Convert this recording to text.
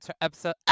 Episode